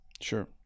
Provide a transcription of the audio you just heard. Sure